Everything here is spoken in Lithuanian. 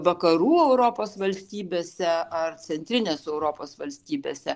vakarų europos valstybėse ar centrinės europos valstybėse